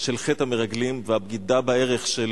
של חטא המרגלים והבגידה בערך של